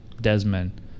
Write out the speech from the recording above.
Desmond